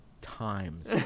times